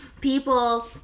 people